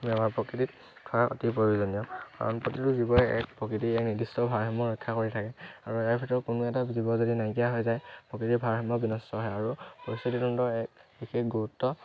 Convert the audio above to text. বেমাৰ প্ৰকৃতিত খোৱাৰ অতি প্ৰয়োজনীয় কাৰণ প্ৰতিটো জীৱই এক প্ৰকৃতিৰ এক নিৰ্দিষ্ট ভাৰসাম্য ৰক্ষা কৰি থাকে আৰু ইয়াৰ ভিতৰত কোনো এটা জীৱ যদি নাইকিয়া হৈ যায় প্ৰকৃতিৰ ভাৰসাম্য বিনষ্টহে হয় আৰু পৰিস্থিতি তন্ত্ৰৰ এক বিশেষ গুৰুত্ব